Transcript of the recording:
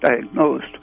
diagnosed